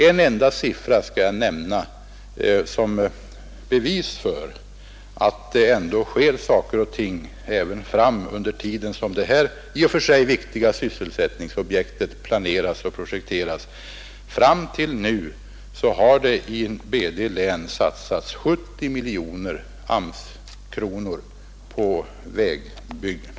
Jag skall lämna en enda sifferuppgift som bevis för att det ändå sker saker och ting även under det att detta i och för sig viktiga sysselsättningsobjekt planeras och projekteras: Fram till i dag har det i BD län satsats 70 miljoner AMS-kronor på vägbyggen.